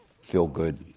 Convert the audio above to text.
feel-good